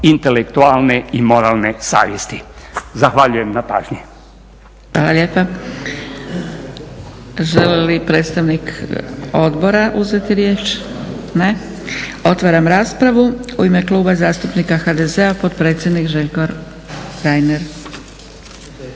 intelektualne i moralne savjesti. Zahvaljujem na pažnji. **Zgrebec, Dragica (SDP)** Hvala lijepa. Želi li predstavnik odbora uzeti riječ? Ne. Otvaram raspravu. U ime Kluba zastupnika HDZ-a potpredsjednik Željko Reiner.